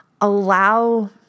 allow